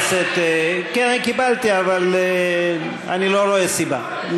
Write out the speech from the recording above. קיבלתי, אבל אני לא רואה סיבה.